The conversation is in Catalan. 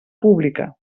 pública